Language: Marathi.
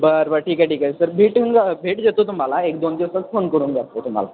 बर बर ठीक आहे ठीक आहे सर भेटून जा भेट देतो तुम्हाला एकदोन दिवसांत फोन करून जातो तुम्हाला